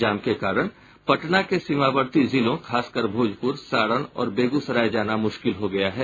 जाम के कारण पटना के सीमावर्ती जिलों खासकर भोजपुर सारण और बेगूसराय जाना मुश्किल हो गया है